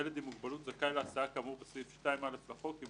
ילד עם מוגבלות זכאי להסעה כאמור בסעיף 2(א) לחוק אם